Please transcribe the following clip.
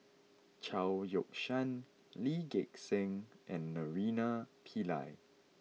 Chao Yoke San Lee Gek Seng and Naraina Pillai